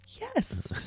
yes